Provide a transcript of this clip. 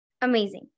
Amazing